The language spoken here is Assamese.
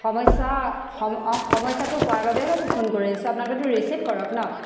সমস্যা সম অ সমস্যাটো হোৱাৰ বাবে মইতো ফোন কৰি আছো আপোনালোকেতো ৰিচিভ কৰক ন